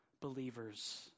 believers